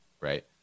right